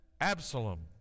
Absalom